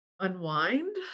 unwind